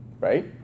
right